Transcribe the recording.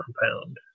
Compound